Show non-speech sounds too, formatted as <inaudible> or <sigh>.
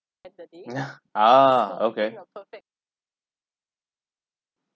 <noise> ah okay